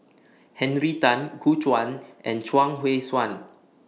Henry Tan Gu Juan and Chuang Hui Tsuan